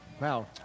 Wow